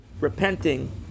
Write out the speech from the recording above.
repenting